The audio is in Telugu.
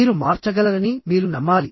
మీరు మార్చగలరని మీరు నమ్మాలి